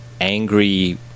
angry